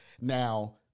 Now